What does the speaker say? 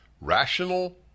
rational